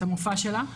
את המופע שלה,